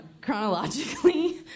chronologically